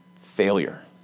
failure